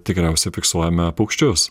tikriausia fiksuojame paukščius